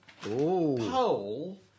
poll